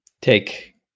take